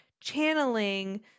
channeling